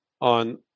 on